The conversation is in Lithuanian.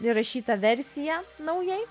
įrašyta versija naujai